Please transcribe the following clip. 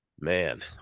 Man